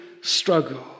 struggle